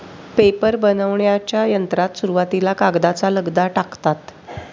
paper बनविण्याच्या यंत्रात सुरुवातीला कागदाचा लगदा टाकतात